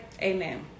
amen